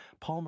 Palmer